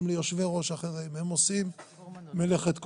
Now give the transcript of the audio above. גם ליושבי-ראש אחרים הם עושים מלאכת קודש,